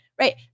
Right